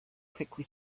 quickly